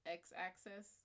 x-axis